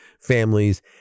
families